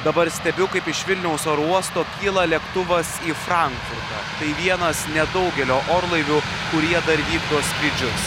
dabar stebiu kaip iš vilniaus oro uosto kyla lėktuvas į frankfurtą tai vienas nedaugelio orlaivių kurie dar vykdo skrydžius